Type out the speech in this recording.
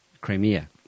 Crimea